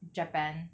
japan